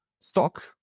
stock